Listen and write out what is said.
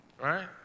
right